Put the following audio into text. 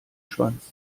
schwanz